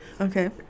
Okay